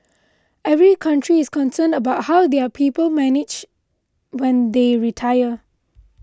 every country is concerned about how their people manage when they retire